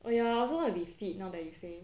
oh ya I also wanna be fit now that you say